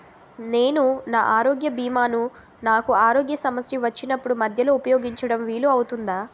నేను నా ఆరోగ్య భీమా ను నాకు ఆరోగ్య సమస్య వచ్చినప్పుడు మధ్యలో ఉపయోగించడం వీలు అవుతుందా?